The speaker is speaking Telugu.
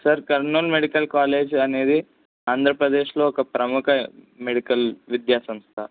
సార్ కర్నూల్ మెడికల్ కాలేజ్ అనేది ఆంధ్రప్రదేశ్లో ఒక ప్రముఖ మెడికల్ విద్యాసంస్థ